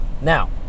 Now